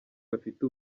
bafite